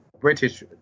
British